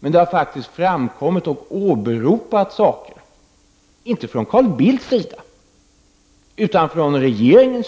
Men det har faktiskt framkommit nya förhållanden, som åberopats inte av Carl Bildt utan av regeringen,